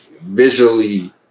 visually